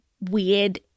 weird